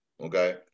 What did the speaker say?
Okay